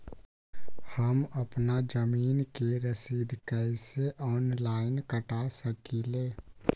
हम अपना जमीन के रसीद कईसे ऑनलाइन कटा सकिले?